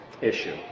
issue